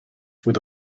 with